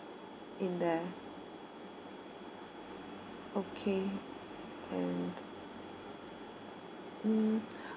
in there okay and mm